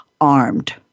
armed